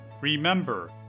Remember